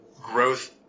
growth